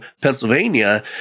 Pennsylvania